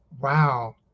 wow